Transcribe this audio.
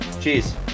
Cheers